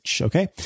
Okay